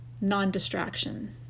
non-distraction